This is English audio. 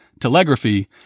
telegraphy